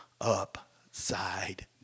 upside